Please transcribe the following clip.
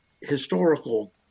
historical